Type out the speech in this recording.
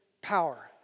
power